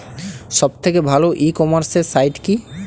সব থেকে ভালো ই কমার্সে সাইট কী?